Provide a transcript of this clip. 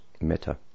meta